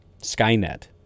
Skynet